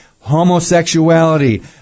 Homosexuality